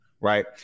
Right